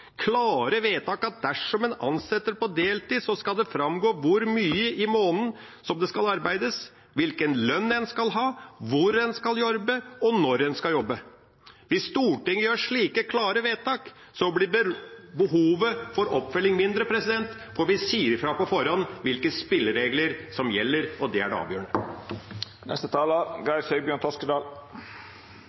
klare vedtak om at bemanningsbransjen skal ansette fast, klare vedtak om at dersom en ansetter på deltid, skal det framgå hvor mye det skal arbeides i måneden, hvilken lønn en skal ha, hvor en skal jobbe, og når en skal jobbe. Hvis Stortinget gjør slike klare vedtak, blir behovet for oppfølging mindre, for vi sier ifra på forhånd hvilke spilleregler som gjelder, og det er det avgjørende.